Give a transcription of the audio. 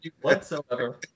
whatsoever